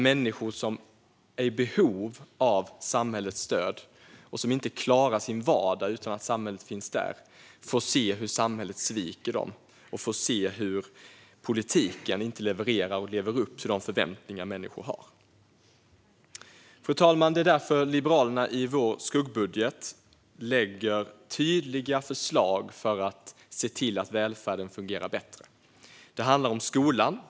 Människor som är i behov av samhällets stöd och som inte klarar sin vardag utan att samhället finns där får se hur samhället sviker dem och får se hur politiken inte levererar och lever upp till de förväntningar som de har. Fru talman! Det är därför som vi i Liberalerna i vår skuggbudget lägger fram tydliga förslag för att se till att välfärden fungerar bättre. Det handlar om skolan.